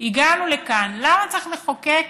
הגענו לכאן, למה צריך לחוקק